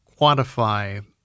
quantify